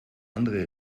andere